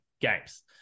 games